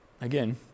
again